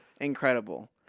incredible